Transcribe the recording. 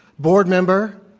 board member,